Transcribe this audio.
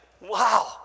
wow